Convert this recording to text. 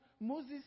Moses